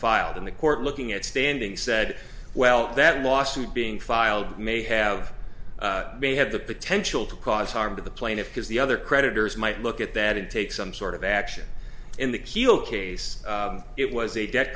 filed in the court looking at standing said well that lawsuit being filed may have may have the potential to cause harm to the plaintiff because the other creditors might look at that and take some sort of action in the heel case it was a debt